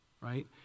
right